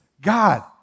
God